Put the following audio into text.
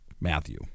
Matthew